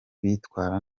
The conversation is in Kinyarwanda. bitwara